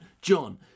John